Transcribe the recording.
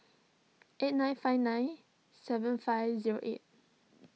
eight nine five nine seven five zero eight